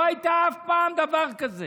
לא היה אף פעם דבר כזה,